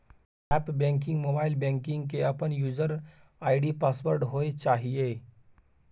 app banking, mobile banking के अपन user ID password होय चाहिए